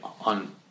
on